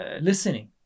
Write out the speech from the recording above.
listening